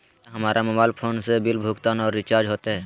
क्या हमारा mobile phone से बिल भुगतान और रिचार्ज होते?